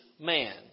man